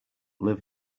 live